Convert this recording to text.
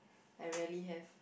I rarely have